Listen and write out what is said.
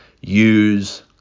use